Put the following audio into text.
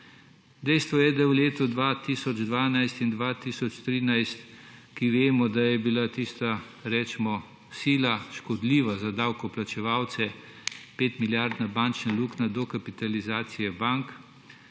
Dejstvo je, da je v letu 2012 in 2013, ko vemo, da je bila tista, recimo, sila škodljiva za davkoplačevalce 5-milijardna bančna luknja, dokapitalizacija bank,